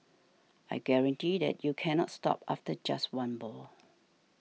I guarantee that you cannot stop after just one ball